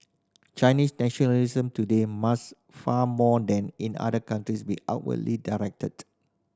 Chinese nationalism today must far more than in other countries be outwardly directed